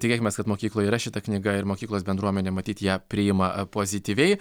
tikėkimės kad mokykloj yra šita knyga ir mokyklos bendruomenė matyt ją priima pozityviai